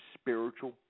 spiritual